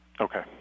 okay